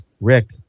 Rick